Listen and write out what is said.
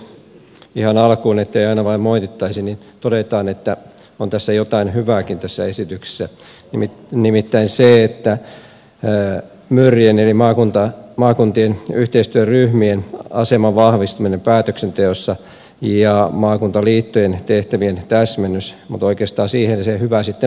ihan alkuun ettei aina vain moitittaisi todetaan että on tässä jotain hyvääkin tässä esityksessä nimittäin myrien eli maakuntien yhteistyöryhmien aseman vahvistuminen päätöksenteossa ja maakuntaliittojen tehtävien täsmennys mutta oikeastaan siihen se hyvä sitten loppuukin tässä esityksessä